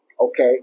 Okay